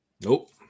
nope